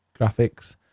graphics